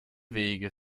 wege